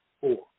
Four